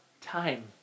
time